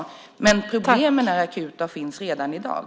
Men problemen är akuta och finns redan i dag.